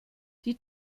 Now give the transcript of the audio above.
die